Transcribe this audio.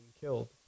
killed